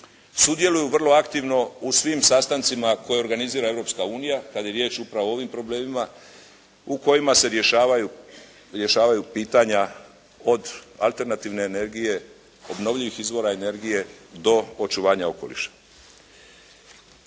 sudjeluju vrlo aktivno u svim sastancima koje organizira Europska unija, kada je riječ upravo o ovim problemima u kojima se rješavaju pitanja od alternativne energije, obnovljivih izvora energije do očuvanja okoliša.